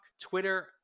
twitter